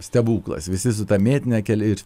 stebuklas visi su ta mėtine keli ir